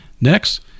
Next